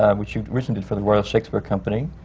um which you recently did for the royal shakespeare company.